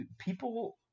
people